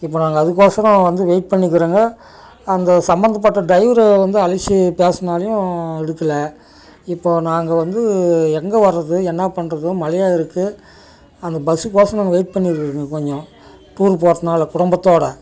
இப்போ நாங்கள் அதுக்கோசரம் வந்து வெயிட் பண்ணிக்கிறோங்க அந்த சம்மந்தப்பட்ட டிரைவரை வந்து அழைச்சி பேசினாலையும் எடுக்கலை இப்போ நாங்கள் வந்து எங்கள் வரது என்ன பண்ணுறது மழையாக இருக்கு அந்த பஸ்ஸுக்கோசரம் வெயிட் பண்ணிகிட்டு இருக்கேன் கொஞ்சம் டூர் போறதுனால குடும்பத்தோட